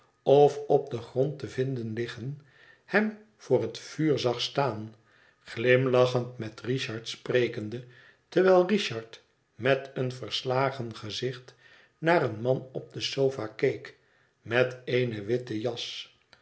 of op den grond te vinden liggen hem voor het vuur zag staan glimlachend met richard sprekende terwijl richard met een verslagen gezicht naar een man op de sofa keek met eene witte jas